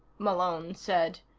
malone said,